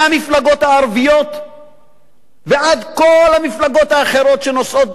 מהמפלגות הערביות ועד כל המפלגות האחרות שנושאות